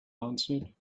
answered